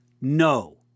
No